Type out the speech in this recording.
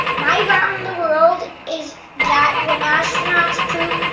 my wow in the world is that when astronauts poop,